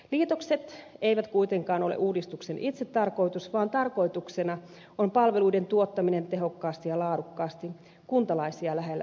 liitokset eivät kuitenkaan ole uudistuksen itsetarkoitus vaan tarkoituksena on palveluiden tuottaminen tehokkaasti ja laadukkaasti säilyttäen ne kuntalaisia lähellä